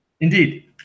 Indeed